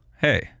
hey